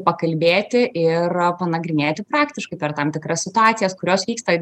pakalbėti ir panagrinėti praktiškai per tam tikras situacijas kurios vyksta